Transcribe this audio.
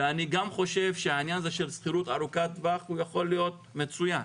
ואני גם חושב שהעניין של שכירות ארוכת טווח יכול להיות מצוין.